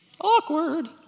Awkward